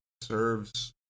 serves